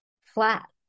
flat